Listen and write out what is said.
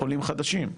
עולים חדשים.